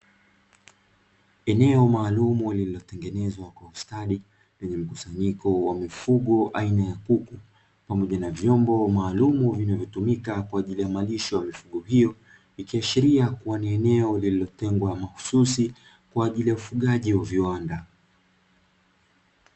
Eneo maalumu lililotengenezwa kwa ustadi, lenye mkusanyiko wa mifugo aina ya kuku, pamoja na vyombo maalumu vinavyotumika kwa ajili ya malisho ya mifugo hiyo, ikiashiria kuwa ni eneo lililotengwa mahususi kwa ajili ya ufugaji wa viwanda.